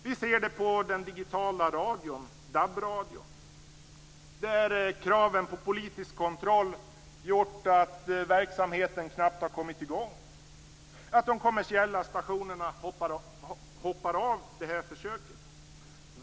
Vi ser det i fråga om den digitala radion, DAB-radion, där kraven på politisk kontroll gjort att verksamheten knappt har kommit i gång, att de kommersiella stationerna hoppar av detta försök.